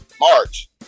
March